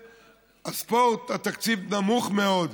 לספורט, התקציב נמוך מאוד,